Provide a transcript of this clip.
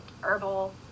herbal